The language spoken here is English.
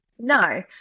No